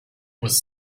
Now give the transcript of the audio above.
was